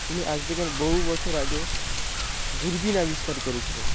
তিনি আজ থেকে বহু বছর আগে দূরবীন আবিষ্কার করেছিলেন